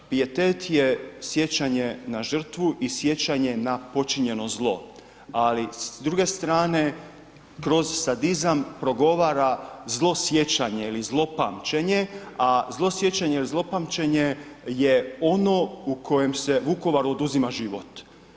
Pijetet je sjećanje na žrtvu i sjećanje na počinjeno zlo ali s druge strane kroz sadizam progovara zlo sjećanje ili zlopamćenje a zlosjećanje ili zlopamćenje je ono u kojem se Vukovaru oduzima život.